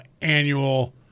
annual